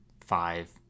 five